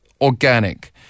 organic